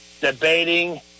debating